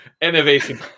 Innovation